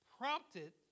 prompted